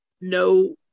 no